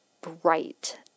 bright